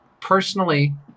personally